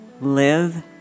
live